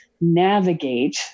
navigate